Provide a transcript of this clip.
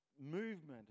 movement